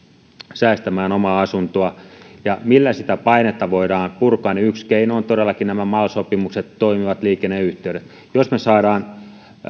säästämään omaa asuntoa ja millä sitä painetta voidaan purkaa niin yksi keino on todellakin nämä mal sopimukset toimivat liikenneyhteydet jos me saamme